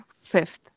fifth